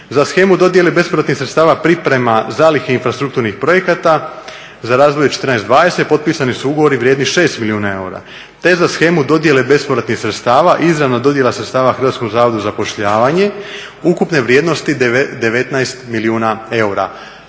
Za shemu dodjele bespovratnih sredstava priprema zalihe infrastrukturnih projekata za razvoj 2014.-2020. potpisani su ugovori vrijedni 6 milijuna eura te za shemu dodjele bespovratnih sredstava, izravna dodjela sredstava Hrvatskom zavodu za zapošljavanje ukupne vrijednosti 19 milijuna eura.